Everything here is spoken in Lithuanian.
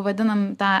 vadinam tą